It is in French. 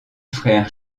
frère